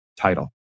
title